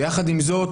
ויחד עם זאת,